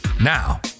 Now